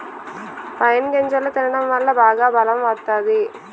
pine గింజలు తినడం వల్ల బాగా బలం వత్తాది